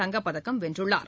தங்கப்பதக்கம் வென்றுள்ளார்